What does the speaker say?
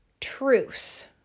truth